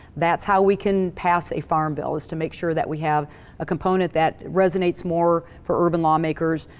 that's how we can pass a farm bill. is to make sure that we have a component that resonates more for urban lawmakers.